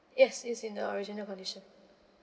yes it's in the original condition